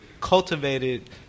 cultivated